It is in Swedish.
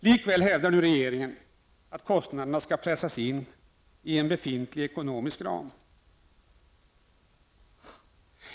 Likväl hävdar regeringen att kostnaden skall pressas in i befintlig ekonomisk ram.